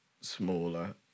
smaller